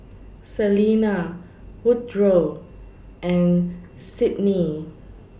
Selena Woodroe and Sydnee